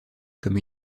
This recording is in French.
comme